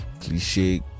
cliche